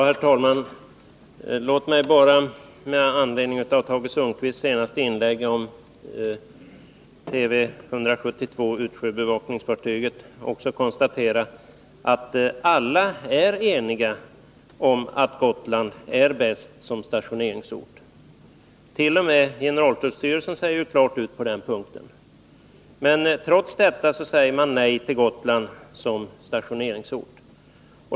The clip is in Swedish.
Herr talman! Låt mig bara, med anledning av Tage Sundkvists senaste inlägg om utsjöbevakningsfartyget Tv 172, konstatera att alla är eniga om att Gotland är bäst som stationeringsort. T. o. m. generaltullstyrelsen säger klart ifrån på den punkten. Trots detta säger man nej till Gotland som stationeringsort.